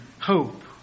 hope